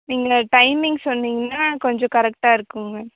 நீங்களே டைமிங் சொன்னீங்கனால் கொஞ்சம் கரெக்டாக இருக்குதுங்க மேம்